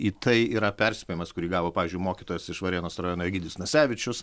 į tai yra perspėjimas kurį gavo pavyzdžiui mokytojas iš varėnos rajono egidijus nasevičius